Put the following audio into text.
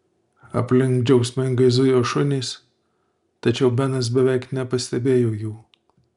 aplink džiaugsmingai zujo šunys tačiau benas beveik nepastebėjo jų